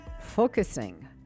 focusing